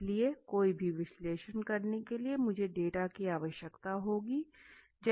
इसलिए कोई भी विश्लेषण करने के लिए मुझे डेटा की आवश्यकता होगी